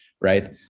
right